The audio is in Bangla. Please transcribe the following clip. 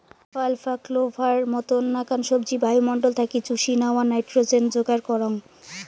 আলফা আলফা, ক্লোভার মতন নাকান সবজি বায়ুমণ্ডল থাকি চুষি ন্যাওয়া নাইট্রোজেন যোগার করাঙ